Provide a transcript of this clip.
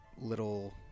little